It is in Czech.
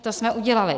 To jsme udělali.